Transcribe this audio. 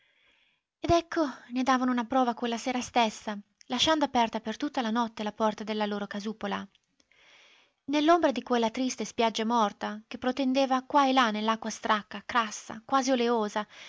ed ecco ne davano una prova quella sera stessa lasciando aperta per tutta la notte la porta della loro casupola nell'ombra di quella triste spiaggia morta che protendeva qua e là nell'acqua stracca crassa quasi oleosa